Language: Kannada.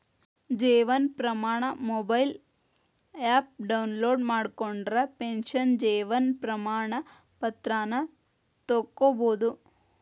Jeevan Pramaan mobile app download ಮಾಡ್ಕೊಂಡ್ರ ಪೆನ್ಷನ್ ಜೇವನ್ ಪ್ರಮಾಣ ಪತ್ರಾನ ತೊಕ್ಕೊಬೋದು